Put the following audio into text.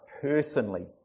personally